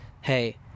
hey